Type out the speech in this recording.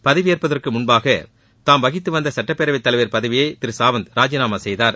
பதவியேற்பதற்கு முன்பாக தாம் வகித்து வந்த சட்டப் பேரவைத் தலைவர் பதவியை திரு சாவந்த் ராஜினாமா செய்தார்